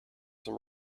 some